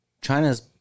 china's